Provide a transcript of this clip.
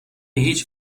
هیچ